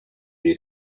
new